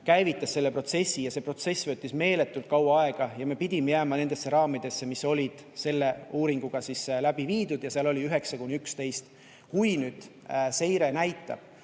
käivitas selle protsessi, ja see protsess võttis meeletult kaua aega. Me pidime jääma nendesse raamidesse, mis olid selles uuringus toodud, ja seal oli 9–11. Kui nüüd seire näitab,